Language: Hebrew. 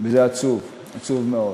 וזה עצוב, עצוב מאוד.